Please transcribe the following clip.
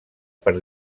per